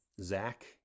Zach